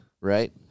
right